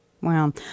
Wow